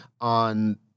on